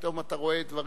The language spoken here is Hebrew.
פתאום אתה רואה דברים,